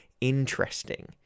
interesting